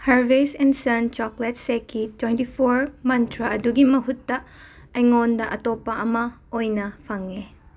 Harveys ꯑꯦꯟ ꯁꯟ chocolate ꯁꯦꯛꯀꯤ ꯇꯣꯏꯟꯇꯤ ꯐꯣꯔ ꯃꯟꯇ꯭ꯔ ꯑꯗꯨꯒꯤ ꯃꯍꯨꯠꯇ ꯑꯩꯉꯣꯟꯗ ꯑꯇꯣꯞꯄ ꯑꯃ ꯑꯣꯏꯅ ꯐꯪꯉꯦ